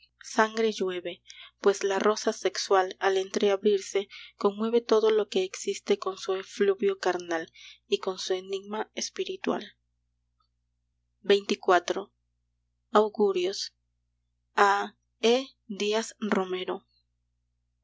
sangre llueve pues la rosa sexual al entreabrirse conmueve todo lo que existe con su efluvio carnal y con su enigma espiritual xxiv augurios a e díaz romero